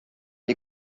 die